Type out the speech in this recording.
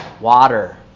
Water